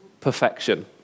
perfection